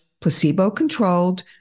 placebo-controlled